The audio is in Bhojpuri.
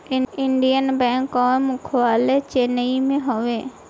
इंडियन बैंक कअ मुख्यालय चेन्नई में हवे